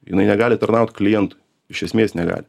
jinai negali tarnaut klientui iš esmės negali